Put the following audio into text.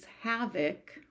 havoc